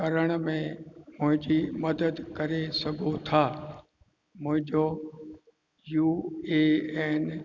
करण में मुहिंजी मदद करे सघो था मुहिंजो यू ए एन